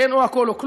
או הכול או לא כלום.